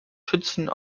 schützen